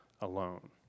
alone